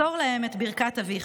מסור להם את ברכת אביך.